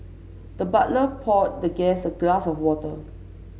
the butler poured the guest a glass of water